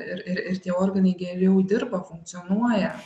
ir ir ir tie organai geriau dirba funkcionuoja